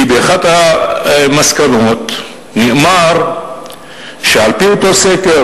כי באחת המסקנות נאמר שעל-פי אותו סקר,